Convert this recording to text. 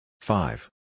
Five